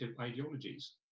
ideologies